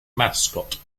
mascot